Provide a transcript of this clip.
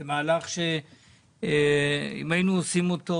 זה מהלך שאם היינו עושים אותו